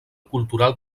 cultural